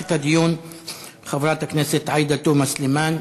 תפתח את הדיון חברת הכנסת עאידה תומא סלימאן,